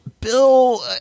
Bill